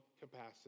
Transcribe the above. capacity